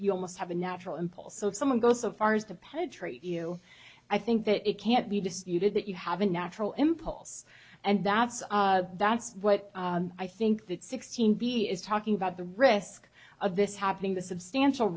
you almost have a natural impulse so if someone goes so far as to penetrate you i think that it can't be disputed that you have a natural impulse and that's that's what i think that sixteen b is talking about the risk of this happening the substantial